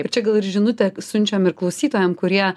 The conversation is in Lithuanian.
ir čia gal ir žinutę siunčiam ir klausytojam kurie